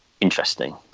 interesting